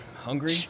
Hungry